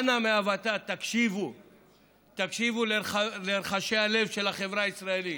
אנא הוות"ת, תקשיבו לרחשי הלב של החברה הישראלית,